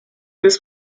this